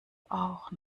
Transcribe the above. auch